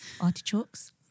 artichokes